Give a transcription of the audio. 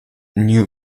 new